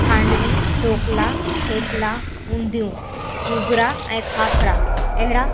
खांडवी ढोकला थेपला ऊंदियूं घुघरा ऐं खाकरा अहिड़ा